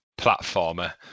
platformer